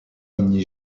mini